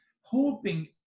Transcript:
hoping